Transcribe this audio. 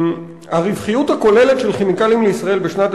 הרווחיות הכוללת של "כימיקלים לישראל" בשנת